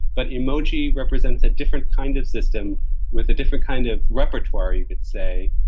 but emoji represents a different kind of system with a different kind of repertoire, you could say,